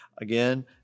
Again